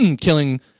killing